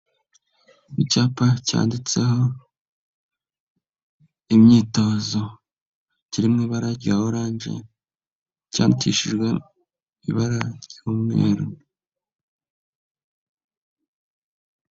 Icyapa cyanditseho imyitozo, kiri mu ibara rya oranje cyandikishijwe ibara ry'umweru.